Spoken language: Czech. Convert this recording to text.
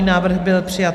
Návrh byl přijat.